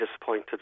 disappointed